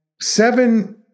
seven